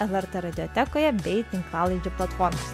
lrt radijotekoje bei tinklalaidžių platformos